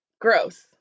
Gross